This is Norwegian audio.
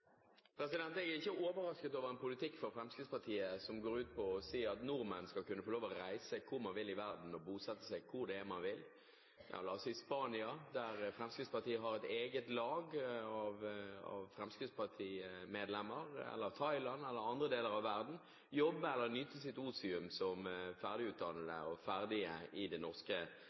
Jeg er ikke overrasket over en politikk fra Fremskrittspartiet som går ut på at nordmenn skal kunne få lov til å reise hvor de vil i verden, og bosette seg hvor de vil, la oss si i Spania, der Fremskrittspartiet har et eget lag av fremskrittspartimedlemmer, eller i Thailand eller i andre deler av verden, og jobbe eller nyte sitt otium som ferdig utdannede og ferdige i det norske